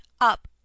Up